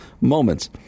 moments